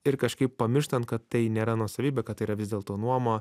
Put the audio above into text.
ir kažkaip pamirštant kad tai nėra nuosavybė kad tai yra vis dėlto nuoma